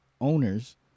owners